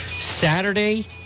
Saturday